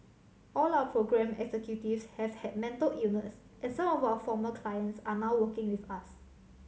all our programme executives have had mental illness and some of our former clients are now working with us